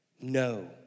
No